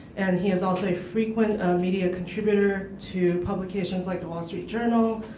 and he is also a frequent media contributor to publications like the wall street journal,